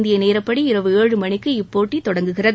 இந்திய நேரப்படி இரவு ஏழு மணிக்கு இப்போட்டி தொடங்குகிறது